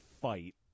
fight